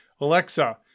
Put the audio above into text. Alexa